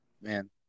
man